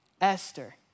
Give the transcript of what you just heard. Esther